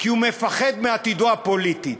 הוא מפחד מעתידו הפוליטי.